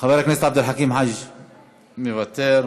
חבר הכנסת עבד אל חכים חאג' יחיא, מוותר,